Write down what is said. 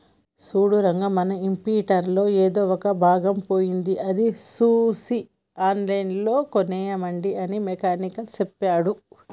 సూడు రంగా మన ఇంప్రింటర్ లో ఎదో ఒక భాగం పోయింది అది సూసి ఆన్లైన్ లో కోనేయండి అని మెకానిక్ సెప్పాడు